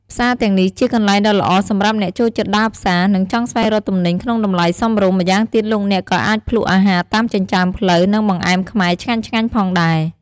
ផ្សារទាំងនេះជាកន្លែងដ៏ល្អសម្រាប់អ្នកចូលចិត្តដើរផ្សារ និងចង់ស្វែងរកទំនិញក្នុងតម្លៃសមរម្យ ម្យ៉ាងទៀតលោកអ្នកក៏អាចភ្លក់អាហារតាមចិញ្ចើមផ្លូវ និងបង្អែមខ្មែរឆ្ងាញ់ៗផងដែរ។